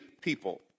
people